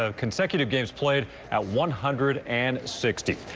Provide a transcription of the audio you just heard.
ah consecutive games played at one hundred and sixty.